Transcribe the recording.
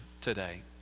today